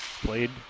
Played